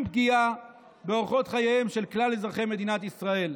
פגיעה באורחות חייהם של כלל אזרחי מדינת ישראל.